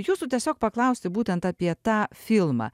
jūsų tiesiog paklausti būtent apie tą filmą